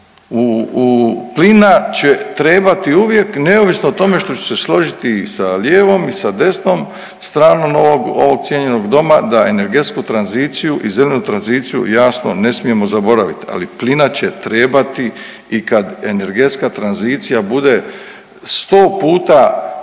u plina će trebati uvijek neovisno što ću se složiti i sa lijevom i sa desnom stranom ovog cijenjenog doma da energetsku tranziciju i zelenu tranziciju jasno ne smijemo zaboraviti, ali plina će trebati i kad energetska tranzicija bude 100 puta veća